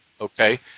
Okay